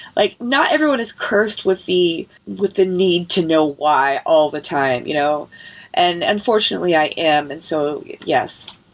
like not everyone is cursed with the with the need to know why all the time. you know and unfortunately, i am. and so yes.